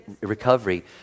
recovery